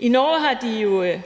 I Norge har de jo